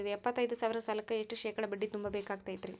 ಎಪ್ಪತ್ತೈದು ಸಾವಿರ ಸಾಲಕ್ಕ ಎಷ್ಟ ಶೇಕಡಾ ಬಡ್ಡಿ ತುಂಬ ಬೇಕಾಕ್ತೈತ್ರಿ?